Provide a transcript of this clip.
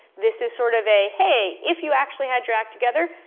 this is sort of a hey, if you actually had your act together,